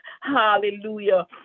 Hallelujah